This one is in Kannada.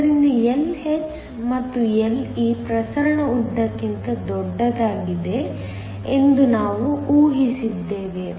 ಆದ್ದರಿಂದ Lh ಮತ್ತು Le ಪ್ರಸರಣ ಉದ್ದಕ್ಕಿಂತ ದೊಡ್ಡದಾಗಿದೆ ಎಂದು ನಾವು ಊಹಿಸಿದ್ದೇವೆ